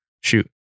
Shoot